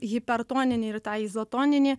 hipertoninį ir tą izotoninį